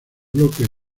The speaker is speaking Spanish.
bloques